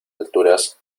alturas